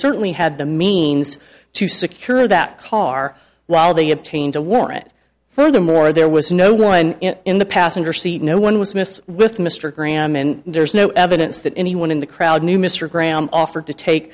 certainly had the means to secure that car while they obtained a warrant furthermore there was no one in the passenger seat no one with smith with mr graham and there's no evidence that anyone in the crowd knew mr graham offered to take